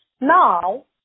Now